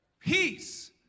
peace